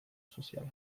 soziala